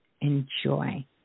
enjoy